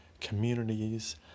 Communities